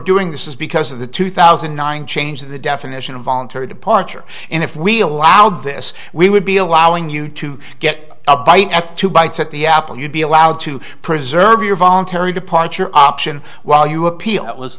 doing this is because of the two thousand and nine change the definition of voluntary departure and if we allowed this we would be allowing you to get a bite at two bites at the apple you'd be allowed to preserve your voluntary departure option while you appeal that was